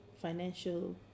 financial